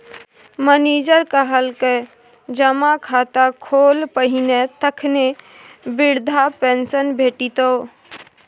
manager कहलकै जमा खाता खोल पहिने तखने बिरधा पेंशन भेटितौ